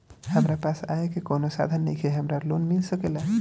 हमरा पास आय के कवनो साधन नईखे हमरा लोन मिल सकेला?